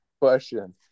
question